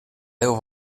déu